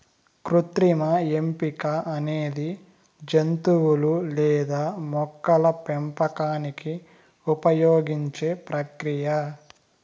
కృత్రిమ ఎంపిక అనేది జంతువులు లేదా మొక్కల పెంపకానికి ఉపయోగించే ప్రక్రియ